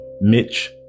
Mitch